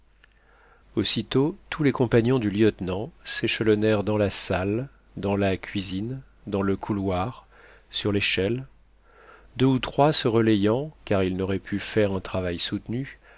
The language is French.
aussitôt tous les compagnons du lieutenant s'échelonnèrent dans la salle dans la cuisine dans le couloir sur l'échelle deux ou trois se relayant car ils n'auraient pu faire un travail soutenu